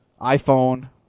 iPhone